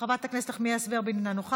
חבר הכנסת מאיר כהן,